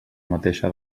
mateixa